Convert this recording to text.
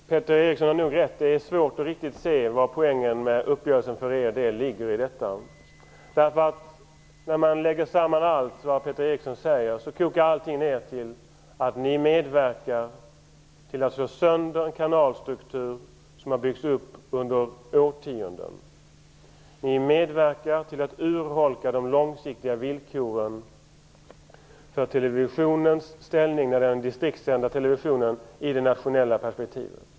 Herr talman! Peter Eriksson har nog rätt. Det är svårt att riktigt se var poängen med uppgörelsen ligger för er del. När man lägger samman allt det som Peter Eriksson säger, kokar det ner till att ni medverkar till att slå sönder en kanalstruktur som har byggts upp under årtionden. Ni medverkar till att urholka de långsiktiga villkoren för den distriktssända televisionens ställning i det nationella perspektivet.